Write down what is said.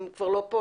הם כבר לא פה,